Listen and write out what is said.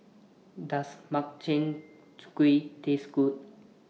Does Makchang Gui Taste Good